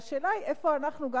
והשאלה היא איפה גם אנחנו,